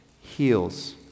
heals